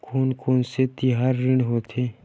कोन कौन से तिहार ऋण होथे?